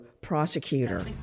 prosecutor